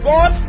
God